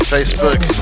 Facebook